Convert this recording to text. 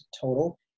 total